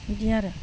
बिदि आरो